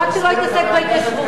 רק שלא יתעסק בהתיישבות.